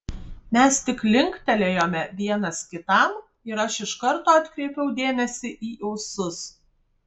mes tik linktelėjome vienas kitam ir aš iš karto atkreipiau dėmesį į ūsus